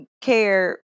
care